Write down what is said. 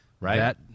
Right